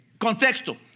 Contexto